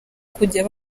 kujya